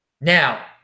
Now